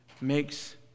makes